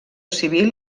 civil